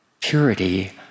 Purity